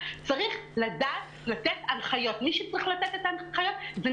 זה תלוי גם